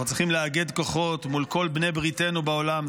אנחנו צריכים לאגד כוחות עם כל בעלי בריתנו בעולם,